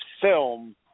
film